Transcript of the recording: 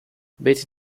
betty